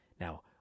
Now